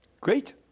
Great